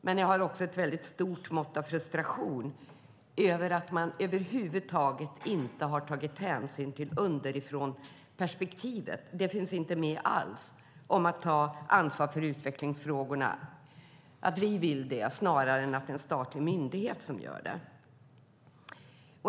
Jag känner också en stor frustration över att man över huvud taget inte har tagit hänsyn till underifrånperspektivet - det finns inte med alls - om att vi vill ta ansvar för utvecklingsfrågorna snarare än att en statlig myndighet gör det.